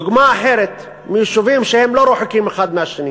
דוגמה אחרת, מיישובים שהם לא רחוקים האחד מהשני,